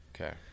Okay